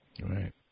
Right